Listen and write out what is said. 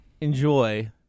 enjoy